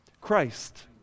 Christ